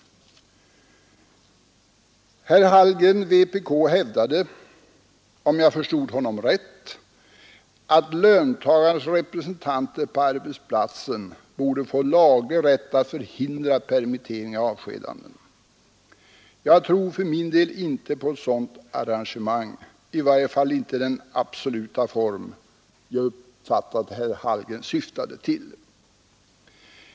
Herr Hallgren, vpk, hävdade — om jag förstod honom rätt — att löntagarnas representanter på arbetsplatsen borde få laglig rätt att förhindra permitteringar och avskedanden. Jag tror för min del inte på ett sådant arrangemang, i varje fall inte i den absoluta form som jag uppfattade att herr Hallgren syftade till.